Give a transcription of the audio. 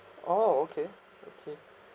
oh okay okay